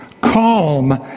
Calm